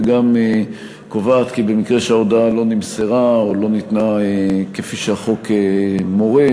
וגם קובעת כי במקרה שההודעה לא נמסרה או לא ניתנה כפי שהחוק מורה,